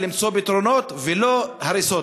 יש למצוא פתרונות, ולא הריסות.